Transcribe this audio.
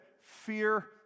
fear